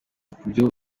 kubyo